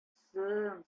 соң